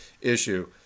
issue